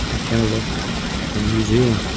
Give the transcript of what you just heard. canada and new zealand.